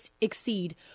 exceed